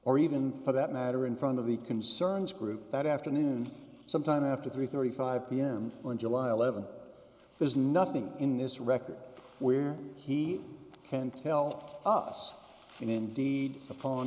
or even for that matter in front of the concerns group that afternoon sometime after three thirty five pm on july th there's nothing in this record where he can tell us when indeed the phone